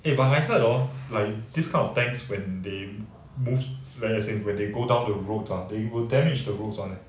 eh but I heard hor like this kind of tanks when they lose balancing when they go down the roads ah they will damage the roads [one]